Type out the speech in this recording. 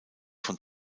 von